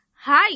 hi